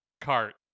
cart